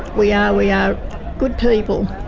we ah we are good people.